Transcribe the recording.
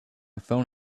phone